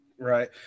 Right